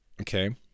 okay